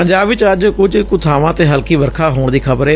ਪੰਜਾਬ ਚ ਅੱਜ ਕੁਝ ਕੁ ਬਾਵਾਂ ਤੇ ਹਲਕੀ ਵਰਖਾ ਹੋਣ ਦੀ ਖ਼ਬਰ ਏ